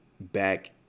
back